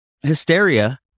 hysteria